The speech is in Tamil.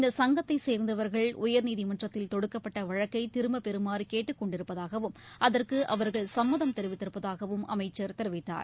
இந்த சங்கத்தை சேர்ந்தவர்கள் உயர்நீதிமன்றத்தில் தொடுக்கப்பட்ட வழக்கை திரும்பப்பெறுமாறு கேட்டுக்கொண்டிருப்பதாகவும் அதற்கு அவர்கள் சம்மதம் தெரிவித்திருப்பதாகவும் அமைச்சர் தெரிவித்தார்